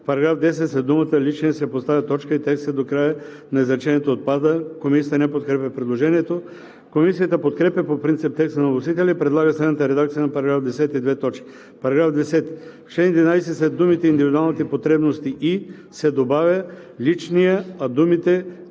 „В § 10 след думата „личния“ се поставя точка и текстът до края на изречението отпада.“ Комисията не подкрепя предложението. Комисията подкрепя по принцип текста на вносителя и предлага следната редакция на § 10: „§ 10. В чл. 11 след думите „индивидуалните потребности и“ се добавя „личния“, а думите